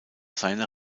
seiner